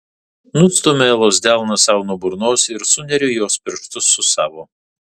nustumiu elos delną sau nuo burnos ir suneriu jos pirštus su savo